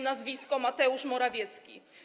nazwisko Mateusz Morawiecki.